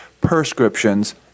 prescriptions